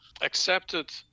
accepted